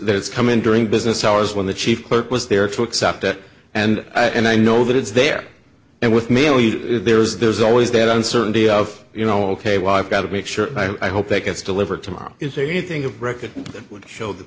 there it's come in during business hours when the chief clerk was there to accept it and i know that it's there and with me only there is there's always that uncertainty of you know ok well i've got to make sure i hope it gets delivered tomorrow is there anything of record would show the